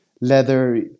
leather